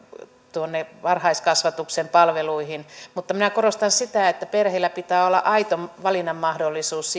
tuonne varhaiskasvatuksen palveluihin mutta minä korostan sitä että perheillä pitää olla aito valinnanmahdollisuus